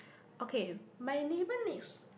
okay my neighbour next